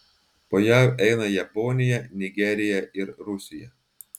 po jav eina japonija nigerija ir rusija